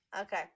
Okay